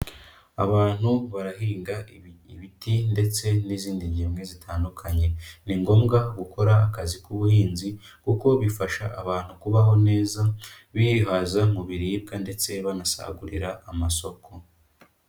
Abantu barahinga ibiti ndetse n'izindi ngembwe zitandukanye, ni ngombwa gukora akazi k'ubuhinzi kuko bifasha abantu kubaho neza, bihaza mu biribwa ndetse banasagurira amasoko.